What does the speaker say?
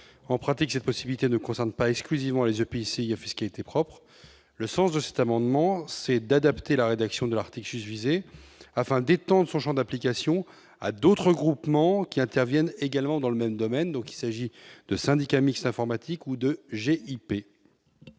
en pratique, cette possibilité ne concerne pas exclusivement les EPCI a fait ce qui était propre, le sens de cet amendement, c'est d'adapter la rédaction de l'article susvisés afin d'étende son Champ d'application à d'autres regroupements qui interviennent également dans le même domaine, donc il s'agit de syndicats mixtes informatique ou de G IP.